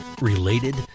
related